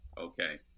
okay